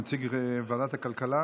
נציג ועדת הכלכלה.